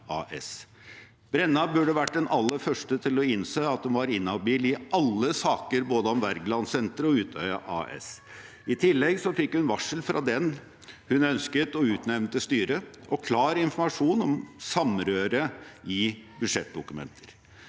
Brenna burde vært den aller første til å innse at hun var inhabil i alle saker om både Wergelandsenteret og Utøya AS. I tillegg fikk hun varsel fra den hun ønsket å utnevne til styret, og klar informasjon om samrøret i budsjettdokumenter.